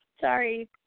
sorry